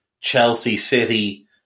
Chelsea-City